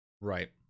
Right